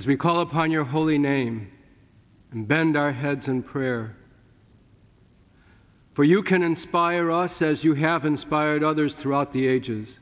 as we call upon your holy name and then our heads in prayer for you can inspire awe says you have inspired others throughout the ages